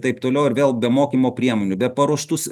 taip toliau ir vėl be mokymo priemonių be paruoštų s